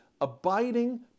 abiding